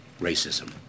racism